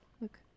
Look